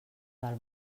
del